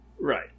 Right